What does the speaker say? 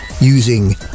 using